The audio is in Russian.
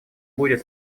будет